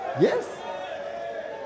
yes